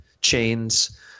chains